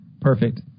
Perfect